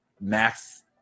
max